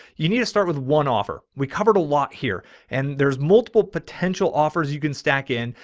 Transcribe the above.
you need to start with one offer. we covered a lot here and there's multiple potential offers you can stack in,